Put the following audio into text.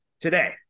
today